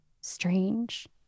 strange